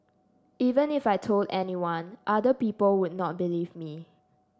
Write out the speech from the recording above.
even if I told anyone other people would not believe me